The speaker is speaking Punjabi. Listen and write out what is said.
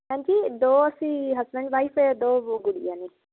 ਹੈਂਜੀ ਦੋ ਅਸੀਂ ਹਸਬੈਂਡ ਵਾਈਫ ਹੈ ਦੋ ਗੁੱਡੀਆਂ ਨੇ